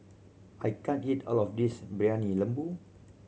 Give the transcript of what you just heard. I can't eat all of this briyani lembu